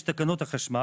יש את תקנות החשמל